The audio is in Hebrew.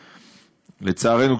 לצערנו,